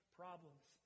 problems